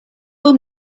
pull